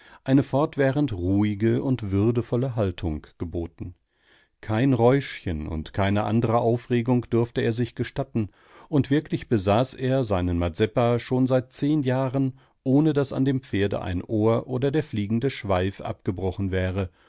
eine fortwährend ruhige und würdevolle haltung geboten kein räuschchen und keine andere aufregung durfte er sich gestatten und wirklich besaß er seinen mazeppa schon seit zehn jahren ohne daß an dem pferde ein ohr oder der fliegende schweif abgebrochen wäre